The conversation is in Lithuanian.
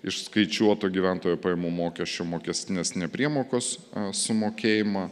išskaičiuoto gyventojo pajamų mokesčio mokestinės nepriemokos sumokėjimą